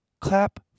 Clap